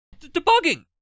Debugging